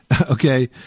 Okay